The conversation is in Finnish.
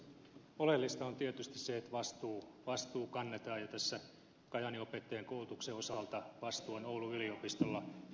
oleellista on tietysti se että vastuu kannetaan ja tässä kajaanin opettajankoulutuksen osalta vastuu on oulun yliopistolla ja opetusministeriöllä